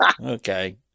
okay